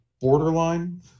borderline